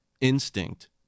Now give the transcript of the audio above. instinct